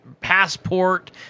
passport